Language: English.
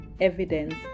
evidence